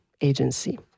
agency